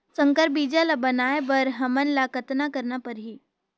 संकर बीजा ल बनाय बर हमन ल कतना करना परही?